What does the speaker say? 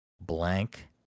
blank